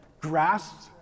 Grasped